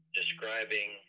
describing